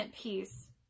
piece